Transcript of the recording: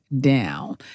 down